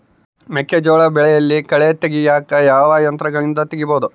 ಮೆಕ್ಕೆಜೋಳ ಬೆಳೆಯಲ್ಲಿ ಕಳೆ ತೆಗಿಯಾಕ ಯಾವ ಯಂತ್ರಗಳಿಂದ ತೆಗಿಬಹುದು?